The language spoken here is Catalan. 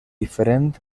diferent